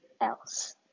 else